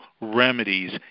remedies